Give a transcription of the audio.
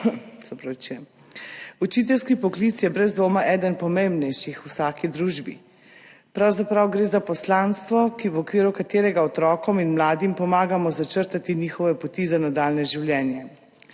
Učiteljski poklic je brez dvoma eden pomembnejših v vsaki družbi, pravzaprav gre za poslanstvo, v okviru katerega otrokom in mladim pomagamo začrtati njihove poti za nadaljnje življenje.